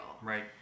Right